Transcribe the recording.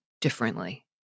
differently